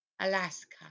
Alaska